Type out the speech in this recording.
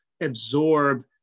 absorb